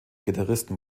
gitarristen